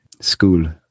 School